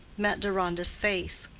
met deronda's face.